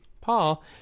Paul